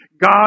God